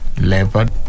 leopard